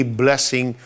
blessing